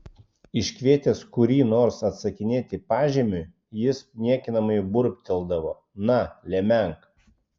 iškvietęs kurį nors atsakinėti pažymiui jis niekinamai burbteldavo na lemenk